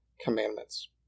commandments